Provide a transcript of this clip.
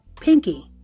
Pinky